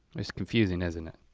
it's confusing, isn't it?